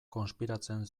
konspiratzen